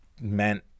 meant